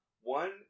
One